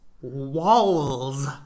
walls